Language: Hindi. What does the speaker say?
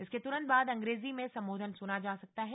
इसके तुरंत बाद अंग्रेजी में सम्बोधन सुना जा सकता है